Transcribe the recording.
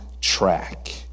track